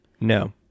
No